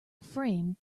framed